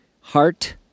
heart